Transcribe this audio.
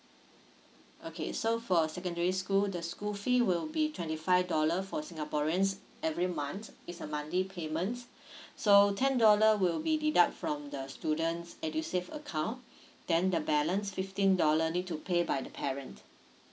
okay so for secondary school the school fee will be twenty five dollar for singaporeans every month it's a monthly payment so ten dollar will be deduct from the student's edusave account then the balance fifteen dollar need to pay by the parent